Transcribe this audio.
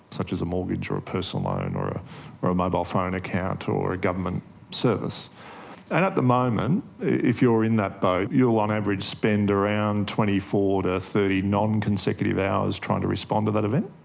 such as a mortgage or a personal loan and or a or a mobile phone account or a government service. and at the moment if you're in that boat you will on average spend around twenty four to thirty non-consecutive hours trying to respond to that event.